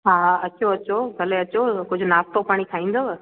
हा अचो अचो भले अचो कुझु नाश्तो पाणी खाईंदव